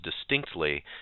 distinctly